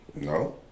No